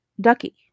Ducky